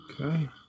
Okay